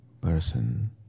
person